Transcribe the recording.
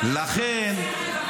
איזנקוט,